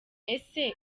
ese